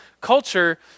culture